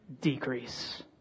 decrease